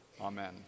Amen